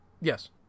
Yes